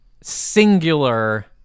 singular